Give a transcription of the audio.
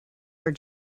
are